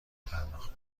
پرداخت